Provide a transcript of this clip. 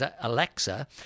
Alexa